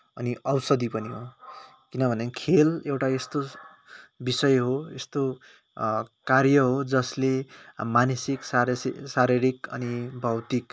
अनि औषधी पनि हो किनभने खेल एउटा यस्तो विषय हो यस्तो कार्य हो जसले मानसिक शारीरिक शारीरिक अनि भौतिक